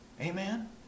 Amen